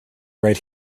right